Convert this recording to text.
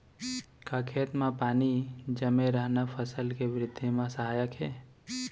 का खेत म पानी जमे रहना फसल के वृद्धि म सहायक हे?